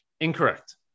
incorrect